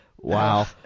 Wow